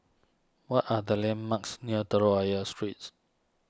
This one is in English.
what are the landmarks near Telok Ayer Streets